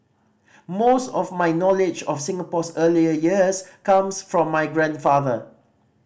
most of my knowledge of Singapore's early years comes from my grandfather